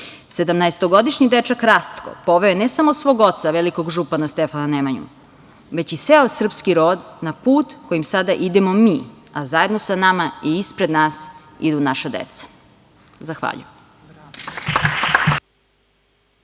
sedamnaestogodišnji dečak Rastko poveo je ne samo svog oca, Velikog župana Stefana Nemanju, već i ceo srpski rod na put kojim sada idemo mi, a zajedno sa nama i ispred nas idu naša deca. Zahvaljujem.